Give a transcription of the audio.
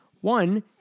One